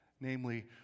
Namely